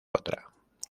otra